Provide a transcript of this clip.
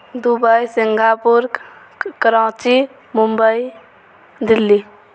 Dubai Singapore Karachi Mumbai Delhi